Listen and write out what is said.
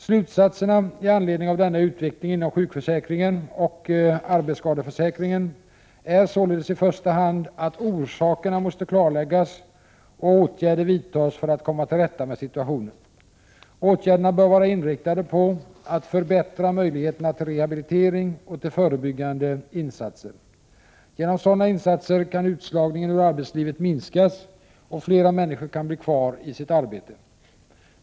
Slutsatserna i anledning av denna utveckling inom sjukförsäkringen och arbetsskadeförsäkringen är således i första hand att orsakerna måste klarläggas och åtgärder vidtas för att komma till rätta med situationen. Åtgärderna bör vara inriktade på att förbättra möjligheterna till rehabilitering och till förebyggande insatser. Genom sådana insatser kan utslagningen ur arbetslivet minskas och flera människor kan bli kvar i sitt arbete.